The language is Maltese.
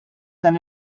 dan